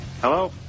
Hello